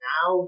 Now